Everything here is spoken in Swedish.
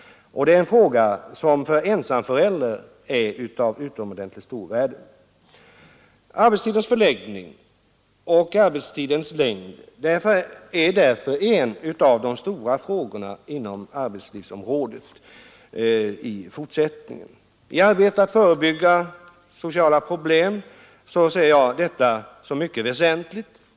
För ensamföräldern vore en kortare arbetsdag av utomordentligt stor värde. Arbetstidens förläggning och arbetstidens längd är därför en av de stora frågorna inom arbetslivsområdet i fortsättningen. I arbetet att förebygga sociala problem ser jag detta som något mycket väsentligt.